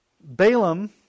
Balaam